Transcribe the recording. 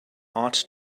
art